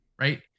right